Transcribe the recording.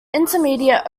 intermediate